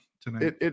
tonight